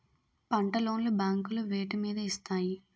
పంట లోన్ లు బ్యాంకులు వేటి మీద ఇస్తాయి?